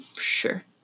Sure